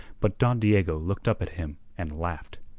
but don diego looked up at him and laughed.